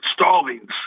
Stallings